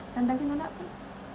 yang Dunkin' Donuts tu